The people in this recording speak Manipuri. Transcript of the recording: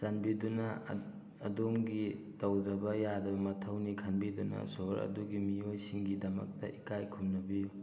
ꯆꯥꯟꯕꯤꯗꯨꯅ ꯑꯗꯣꯝꯒꯤ ꯇꯧꯗꯕ ꯌꯥꯗꯕ ꯃꯊꯧꯅꯤ ꯈꯟꯕꯤꯗꯨꯅ ꯁꯣꯍꯣꯔ ꯑꯗꯨꯒꯤ ꯃꯤꯑꯣꯏꯁꯤꯡꯒꯤ ꯗꯃꯛꯇ ꯏꯀꯥꯏ ꯈꯨꯝꯅꯕꯤꯌꯨ